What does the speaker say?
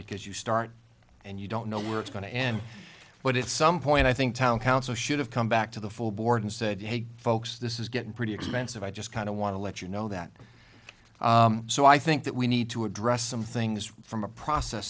because you start and you don't know where it's going to end but it's some point i think town council should have come back to the full board and said hey folks this is getting pretty expensive i just kind of want to let you know that so i think that we need to address some things from a process